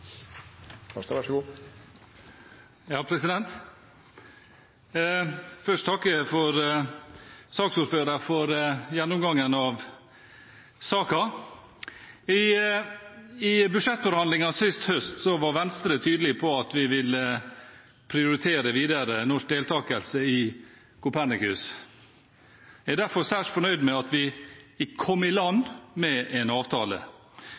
først takke saksordføreren for gjennomgangen av saken. I budsjettforhandlingene sist høst var Venstre tydelig på at vi ville prioritere videre norsk deltakelse i Copernicus. Jeg er derfor særs fornøyd med at vi kom i land med en avtale.